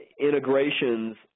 integrations